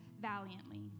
valiantly